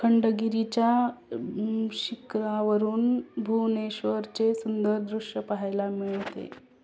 खंडगिरीच्या शिखरावरून भुवनेश्वरचे सुंदर दृश्य पाहायला मिळते